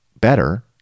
better